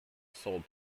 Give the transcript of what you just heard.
sold